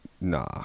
nah